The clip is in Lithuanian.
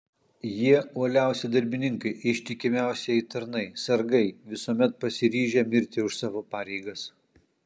jie uoliausi darbininkai ištikimiausieji tarnai sargai visuomet pasiryžę mirti už savo pareigas